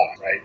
right